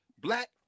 Black